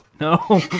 no